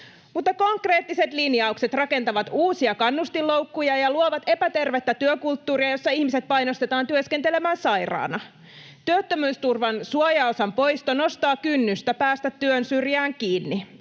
mutta konkreettiset linjaukset rakentavat uusia kannustinloukkuja ja luovat epätervettä työkulttuuria, jossa ihmiset painostetaan työskentelemään sairaana: Työttömyysturvan suojaosan poisto nostaa kynnystä päästä työn syrjään kiinni.